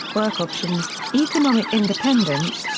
work options, economic independence,